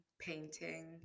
painting